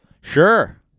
Sure